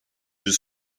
was